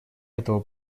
этого